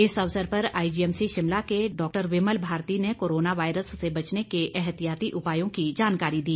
इस अवसर पर आईजीएमसी शिमला के चिकित्सक डॉक्टर विमल भारती ने कोरोना वायरस से बचने के एहतियाती उपायों की जानकारी दी